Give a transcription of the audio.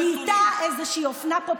את יודעת על מה את מדברת בתחלואה במגזר הכללי?